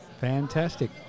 Fantastic